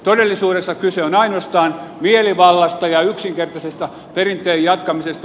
todellisuudessa kyse on ainoastaan mielivallasta ja yksinkertaisesta perinteen jatkamisesta